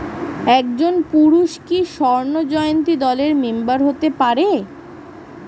একজন পুরুষ কি স্বর্ণ জয়ন্তী দলের মেম্বার হতে পারে?